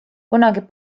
kunagi